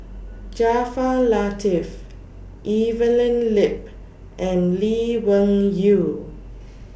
Jaafar Latiff Evelyn Lip and Lee Wung Yew